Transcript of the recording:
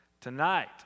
Tonight